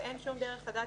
ואין שום דרך לדעת.